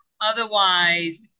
Otherwise